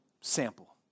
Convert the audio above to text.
sample